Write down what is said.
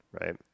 Right